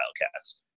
Wildcats